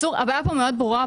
אם כן, הבעיה כאן מאוד ברורה.